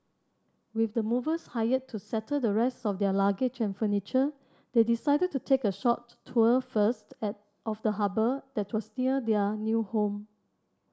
with the movers hired to settle the rest of their luggage and furniture they decided to take a short tour first and of the harbour that was near their new home